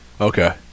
okay